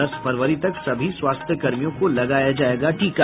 दस फरवरी तक सभी स्वास्थ्यकर्मियों को लगाया जायेगा टीका